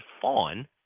fawn